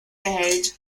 behält